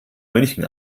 münchen